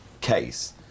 case